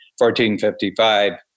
1455